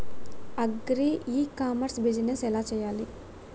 Agri e commerce business ఎలా చెయ్యాలి?